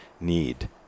need